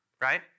right